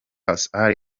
assad